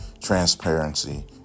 transparency